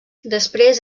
després